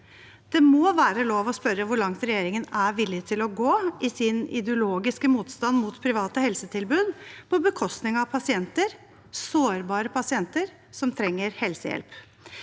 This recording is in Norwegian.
Det må være lov å spørre hvor langt regjeringen er villig til å gå i sin ideologiske motstand mot private helsetilbud på bekostning av pasienter, sårbare pasienter, som trenger helsehjelp.